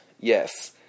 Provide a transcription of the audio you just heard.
Yes